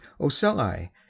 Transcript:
ocelli